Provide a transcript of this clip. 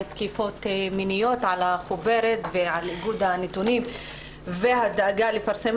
תקיפות מיניות על החוברת ועל עיבוד הנתונים ועל הדאגה לפרסם